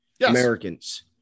Americans